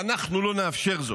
ואנחנו לא נאפשר זאת.